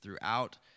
throughout